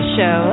Show